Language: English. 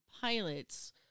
pilots